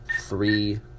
three